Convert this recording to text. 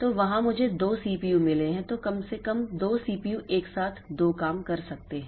तो वहाँ मुझे 2 सीपीयू मिले हैं तो कम से कम 2 सीपीयू एक साथ 2 काम कर सकते हैं